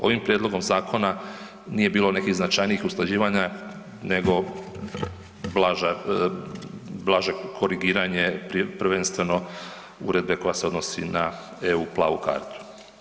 Ovim prijedlogom zakona nije bilo nekih značajnijih usklađivanja nego blaže korigiranje, prvenstveno uredbe koja se odnosi na eu plavu kartu.